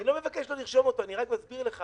אני לא מבקש לא לרשום אותו, אני רק מסביר לך